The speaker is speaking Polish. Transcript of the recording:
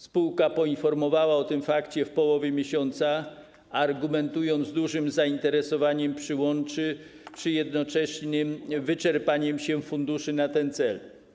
Spółka poinformowała o tym fakcie w połowie miesiąca, argumentując dużym zainteresowaniem przyłączami przy jednoczesnym wyczerpaniu się funduszy na ten cel.